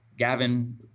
Gavin